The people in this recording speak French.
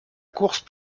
course